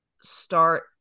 start